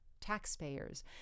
taxpayers